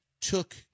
took